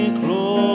close